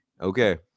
Okay